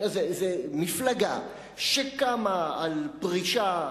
מפלגה שקמה על פרישה,